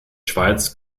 schweiz